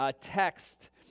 text